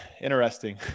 Interesting